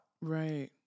Right